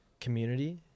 community